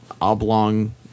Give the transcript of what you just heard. oblong